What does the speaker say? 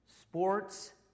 Sports